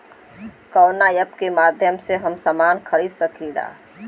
कवना ऐपके माध्यम से हम समान खरीद सकीला?